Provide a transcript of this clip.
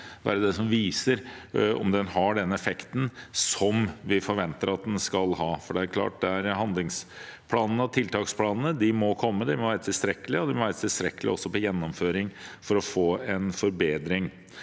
kommer til å vise om den har den effekten som vi forventer at den skal ha. Det er klart at handlingsplanene og tiltaksplanene må komme, de må være tilstrekkelige, og de må også være tilstrekkelige med tanke på gjennomføring for å få en forbedring.